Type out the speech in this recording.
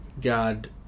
God